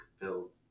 build